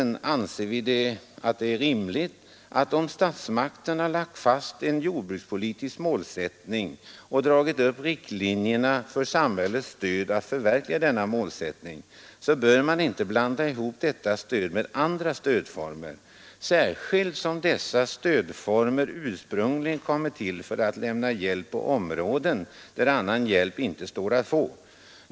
När statsmakterna lagt fast en jordbrukspolitisk målsättning och dragit upp riktlinjerna för samhällets stöd för att förverkliga denna målsättning anser vi inom utskottsmajoriteten att man inte bör blanda ihop stödformerna med varandra, särskilt som de olika stödformerna ursprungligen kommit till för att man skall kunna lämna hjälp på områden där annan hjälp inte står att få.